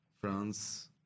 France